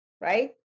right